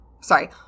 Sorry